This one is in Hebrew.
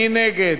מי נגד?